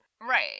Right